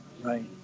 Right